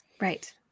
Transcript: right